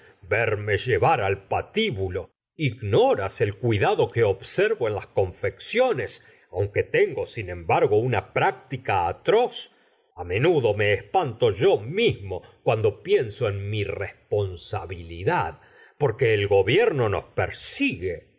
verme llevar al patibulo ignoras el cuidado que observo en las gonfecciones launque tengo sin embargo una práctica atroz a menudo me espanto yo mismo cuando pienso en mi r esponsabilidad porque el gobierno nos persigue